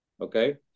Okay